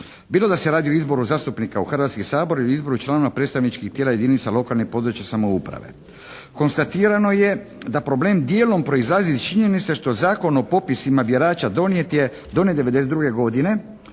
bilo da se radi o izboru zastupnika u Hrvatski sabor ili izboru članova predstavničkih tijela jedinica lokalne i područne samouprave. Konstatirano je da problem dijelom proizlazi iz činjenice što Zakon o popisima birača donijet je 92. godine